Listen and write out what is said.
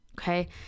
okay